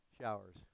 showers